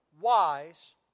wise